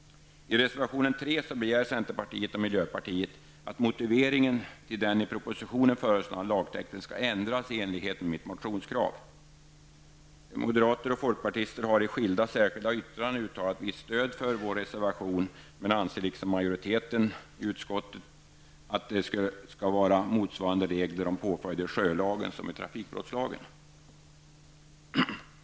I reservation 3 begär centerpartiet och miljöpartiet att motiveringen till den i propositionen föreslagna lagtexten skall ändras i enlighet med mitt motionskrav. Moderaterna och folkpartiet har i skilda särskilda yttranden uttalat visst stöd för vår reservation men anser liksom majoriteten i utskottet att reglerna om påföljder i sjölagen skall motsvara reglerna i trafikbrottslagen.